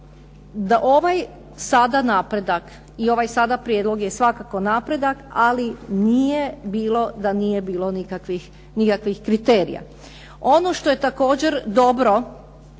ovaj sada napredak i ovaj sada prijedlog je svakako napredak ali nije bilo da nije bilo nikakvih kriterija. Ono što je također dobro